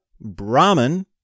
Brahman